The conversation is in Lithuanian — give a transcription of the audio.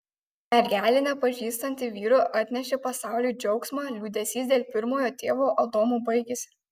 mergelė nepažįstanti vyro atnešė pasauliui džiaugsmą liūdesys dėl pirmojo tėvo adomo baigėsi